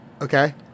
Okay